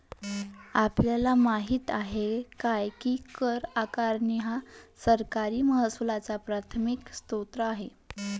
आपल्याला माहित आहे काय की कर आकारणी हा सरकारी महसुलाचा प्राथमिक स्त्रोत आहे